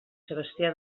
sebastià